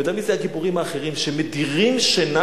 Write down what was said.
ויודע מי זה הגיבורים האחרים שמדירים שינה